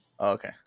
Okay